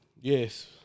Yes